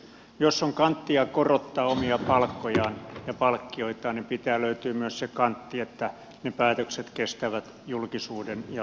jos on kanttia korottaa omia palkkojaan ja palkkioitaan niin pitää löytyä myös se kantti että ne päätökset kestävät julkisuuden ja läpivalaisun